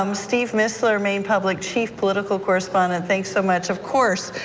um steve mistler maine public chief political correspondent thanks so much, of course,